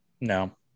No